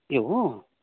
ए हो